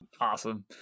Awesome